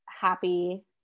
happy